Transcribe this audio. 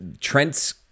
Trent's